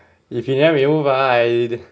if he never remove ah I